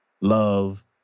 love